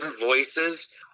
voices